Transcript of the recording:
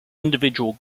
individual